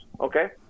okay